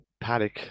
paddock